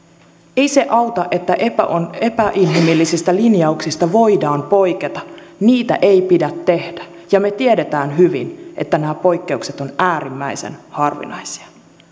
ei se auta että epäinhimillisistä linjauksista voidaan poiketa niitä ei pidä tehdä ja me tiedämme hyvin että nämä poikkeukset ovat äärimmäisen harvinaisia